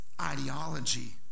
ideology